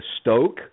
Stoke